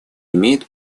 имеет